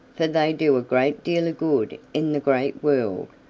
for they do a great deal of good in the great world,